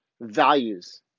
values